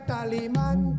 Tallyman